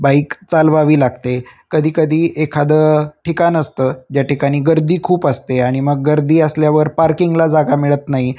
bike चालवावी लागते कधीकधी एखादं ठिकाण असतं ज्या ठिकाणी गर्दी खूप असते आणि मग गर्दी असल्यावर पार्किंगला जागा मिळत नाही